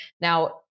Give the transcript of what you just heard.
Now